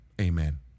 Amen